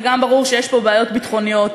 גם ברור שיש פה בעיות ביטחוניות,